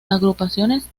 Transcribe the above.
agrupaciones